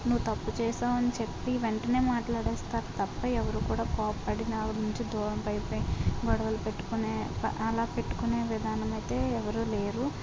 నువ్వు తప్పు చేసావని చెప్పి వెంటనే మాట్లాడేస్తారు తప్ప ఎవరు కోప్పడి నా నుంచి దూరం పై పై గొడవలు పెట్టుకుని అలా పెట్టుకునే విధానం అయితే ఎవరూ లేరు